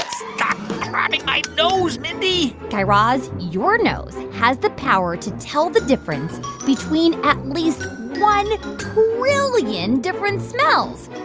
stop grabbing my nose, mindy guy raz, your nose has the power to tell the difference between at least one trillion different smells.